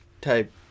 type